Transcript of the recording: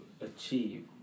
achieve